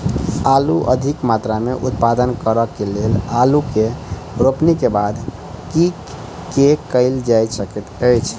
आलु अधिक मात्रा मे उत्पादन करऽ केँ लेल आलु केँ रोपनी केँ बाद की केँ कैल जाय सकैत अछि?